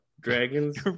dragons